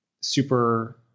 super